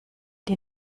die